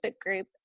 group